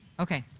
okay.